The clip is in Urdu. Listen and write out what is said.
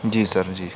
جی سر جی